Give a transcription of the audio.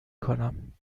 کنم